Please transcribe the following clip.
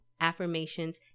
affirmations